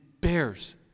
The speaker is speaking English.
bears